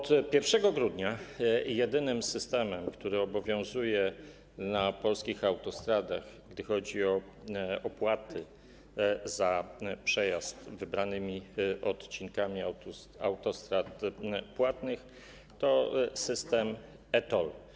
Od 1 grudnia jedynym systemem, który obowiązuje na polskich autostradach, jeśli chodzi o opłaty za przejazd wybranymi odcinkami autostrad płatnych, jest system e-TOLL.